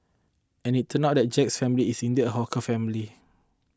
and it turned out that Jack's family is indeed a hawker family